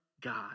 God